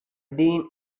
dean